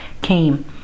came